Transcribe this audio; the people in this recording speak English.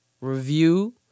review